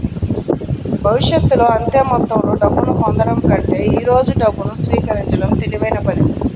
భవిష్యత్తులో అంతే మొత్తంలో డబ్బును పొందడం కంటే ఈ రోజు డబ్బును స్వీకరించడం తెలివైన పని